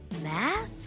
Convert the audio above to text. math